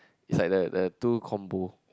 is like that there there are two combo